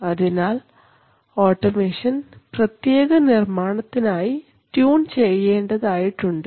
അതിനാൽ ഓട്ടോമേഷൻ പ്രത്യേക നിർമ്മാണത്തിനായി ട്യൂൺ ചെയ്യേണ്ടതായിട്ടുണ്ട്